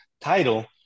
title